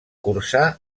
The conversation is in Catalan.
cursà